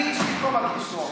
אני אישית לא מרגיש נוח,